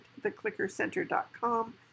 theclickercenter.com